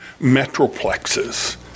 metroplexes